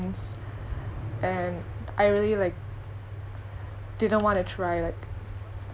and I really like didn't want to try like